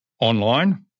online